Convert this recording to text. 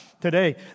today